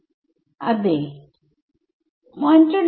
ഈ ഇടത് വശത്തേക്ക് തള്ളും